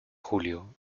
julio